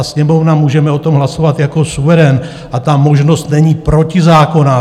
Sněmovna můžeme o tom hlasovat jako suverén a ta možnost není protizákonná.